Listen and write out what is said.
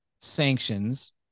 sanctions